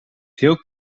veel